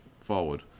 forward